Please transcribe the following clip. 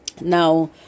Now